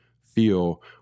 feel